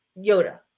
Yoda